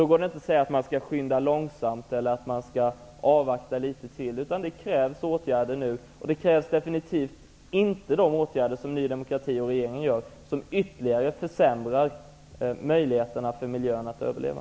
Då går det inte att säga att man skall skynda långsamt eller att man skall avvakta litet till, utan det krävs åtgärder nu. Det krävs definitivt inte sådana åtgärder som Ny demokrati och regeringen vidtar, som ytterligare försämrar möjligheterna för miljön att överleva.